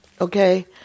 Okay